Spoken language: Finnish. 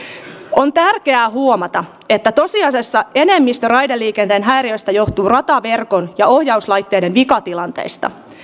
on tärkeää huomata että tosiasiassa enemmistö raideliikenteen häiriöistä johtuu rataverkon ja ohjauslaitteiden vikatilanteista